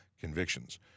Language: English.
convictions